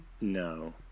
No